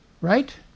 right